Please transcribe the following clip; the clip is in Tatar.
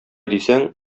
дисәң